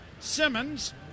Simmons